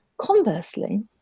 Conversely